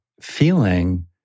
feeling